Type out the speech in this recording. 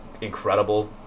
incredible